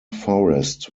forest